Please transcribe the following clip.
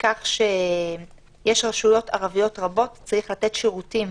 בכך שיש רשויות ערביות רבות, וצריך לתת שירותים